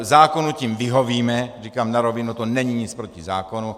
Zákonu tím vyhovíme, říkám na rovinu, to není nic proti zákonu.